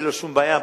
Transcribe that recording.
ללא שום בעיה,